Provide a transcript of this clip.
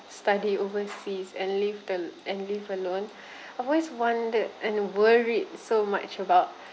study overseas and lived a and live alone I always wondered and worried so much about